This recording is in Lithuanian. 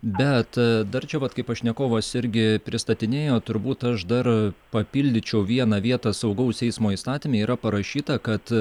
bet dar čia vat kaip pašnekovas irgi pristatinėjo turbūt aš dar papildyčiau vieną vietą saugaus eismo įstatyme yra parašyta kad